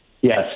Yes